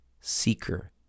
seeker